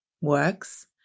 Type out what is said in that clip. works